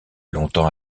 longtemps